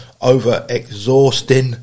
over-exhausting